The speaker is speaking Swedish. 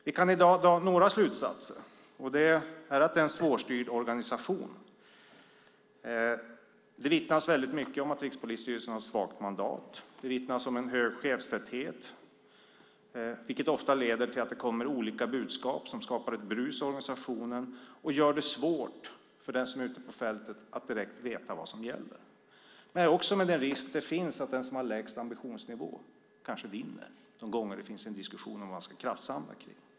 Vi kan i dag dra några slutsatser, och det är att det är en svårstyrd organisation. Det vittnas mycket om att Rikspolisstyrelsen har svagt mandat. Det vittnas om en hög chefstäthet, vilket ofta leder till att det kommer olika budskap som skapar ett brus i organisationen och gör det svårt för den som är ute på fältet att direkt veta vad som gäller, också med den risk som finns att den som har lägst ambitionsnivå kanske vinner de gånger det finns en diskussion om vad man ska kraftsamla kring.